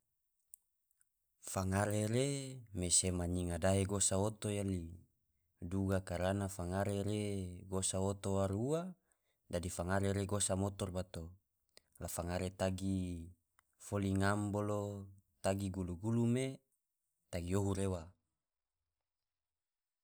Fangare re me sema nyiga dahe gosa oto yali, duga karana fangare re gosa oto waro ua dadi fangare gosa motor bato, la fangare tagi foli ngam bolo tagi gulugulu me tagi yohu rewa.